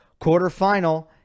Quarterfinal